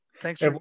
thanks